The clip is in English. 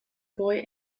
boy